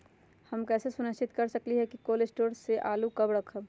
हम कैसे सुनिश्चित कर सकली ह कि कोल शटोर से आलू कब रखब?